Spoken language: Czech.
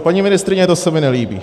Paní ministryně, to se mi nelíbí.